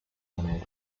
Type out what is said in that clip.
and